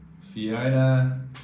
Fiona